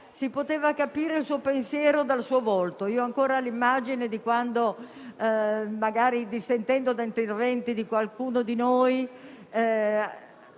si poteva capire il suo pensiero dal suo volto. Ho ancora presente l'immagine di quando, magari dissentendo dagli interventi di qualcuno di noi,